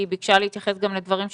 כי היא ביקשה להתייחס גם לדברים שקודם,